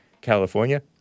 California